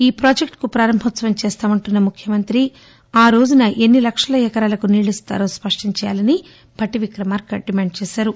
ఈ ప్రాజెక్లుకు ప్రారంభోత్సవం చేస్తామంటున్న ముఖ్యమంత్రి ఆ రోజున ఎన్ని లక్షల ఎకరాలకు నీళ్లు ఇస్తారో స్పష్టం చేయాలని బట్టి విక్రమార్క డిమాండ్ చేశారు